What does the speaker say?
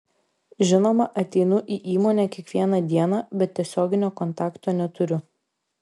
žinoma ateinu į įmonę kiekvieną dieną bet tiesioginio kontakto neturiu